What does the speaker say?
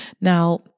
Now